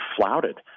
flouted